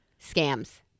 scams